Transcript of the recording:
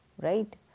Right